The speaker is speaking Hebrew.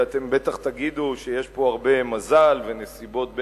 ואתם בטח תגידו שיש פה הרבה מזל ונסיבות בין-לאומיות,